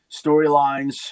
storylines